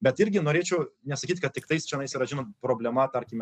bet irgi norėčiau nesakyt kad tik tais čianais yra žinot problema tarkime